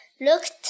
looked